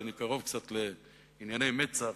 ואני קרוב קצת לענייני מצ"ח,